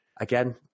Again